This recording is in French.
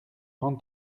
grande